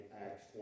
Acts